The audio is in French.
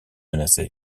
menacés